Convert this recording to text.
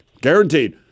Guaranteed